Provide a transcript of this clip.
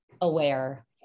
aware